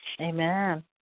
Amen